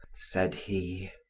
said he.